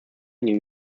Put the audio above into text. new